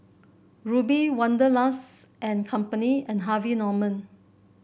Rubi Wanderlust and Company and Harvey Norman